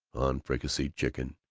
on fricasseed chicken,